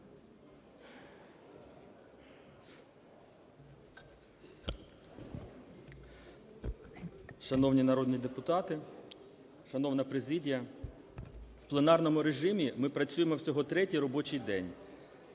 Шановні народні депутати, шановна президія, в пленарному режимі ми працюємо всього третій робочий день